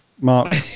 Mark